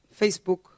Facebook